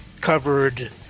covered